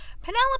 Penelope